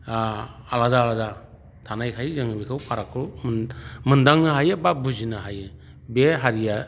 आलादा आलादा थानायखाय जों बेखौ फारागखौ मोनदांनो हायो बा बुजिनो हायो बे हारिया